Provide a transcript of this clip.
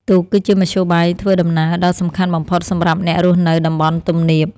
ទូកគឺជាមធ្យោបាយធ្វើដំណើរដ៏សំខាន់បំផុតសម្រាប់អ្នករស់នៅតំបន់ទំនាប។